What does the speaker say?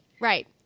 Right